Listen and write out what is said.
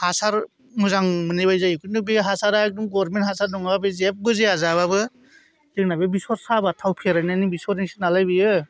हासार मोजां मोननाय बायदि जायो खिन्थु बे हासारा एगदम गभरमेन्थ हासार नङा जेबो जाया जाबाबो जोंना बे बेसर साबा थाव फेरेदनायनि बेसरनिसो नालाय बेयो